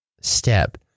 step